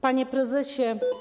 Panie Prezesie!